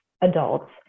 adults